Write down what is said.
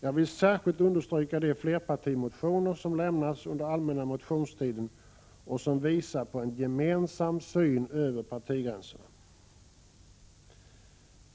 Jag vill särskilt peka på de flerpartimotioner som avlämnats under allmänna motionstiden och som visar på en gemensam syn över partigränserna.